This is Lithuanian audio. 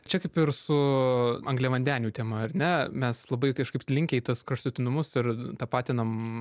čia kaip ir su angliavandenių tema ar ne mes labai kažkaip linkę į tuos kraštutinumus ir tapatinam